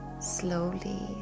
Slowly